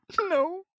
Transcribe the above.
No